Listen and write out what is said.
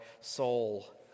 soul